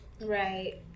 Right